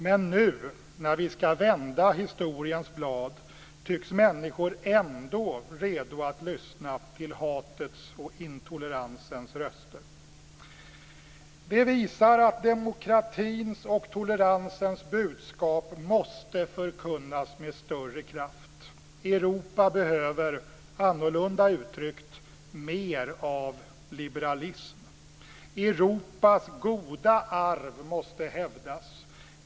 Men nu, när vi ska vända historiens blad, tycks människor ändå redo att lyssna till hatets och intoleransens röster. Det visar att demokratins och toleransens budskap måste förkunnas med större kraft. Europa behöver, annorlunda uttryckt, mer av liberalism. Europas goda arv måste hävdas.